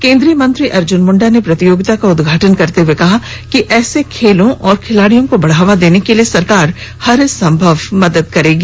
केंद्रीय मंत्री अर्जुन मुंडा ने प्रतियोगिता का उदघाटन करते हुए कहा कि ऐसे खेलों और खिलाड़ियों को बढ़ावा देन के लिए सरकार हरसंभव मदद करेगी